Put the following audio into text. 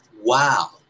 Wow